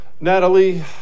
natalie